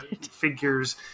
figures